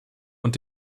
und